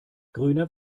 grüner